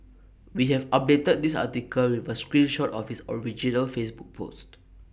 we have updated this article with A screen shot of his original Facebook post